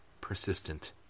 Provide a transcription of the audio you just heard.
persistent